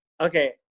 okay